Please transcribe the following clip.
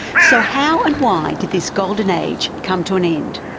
so how and why did this golden age come to an end?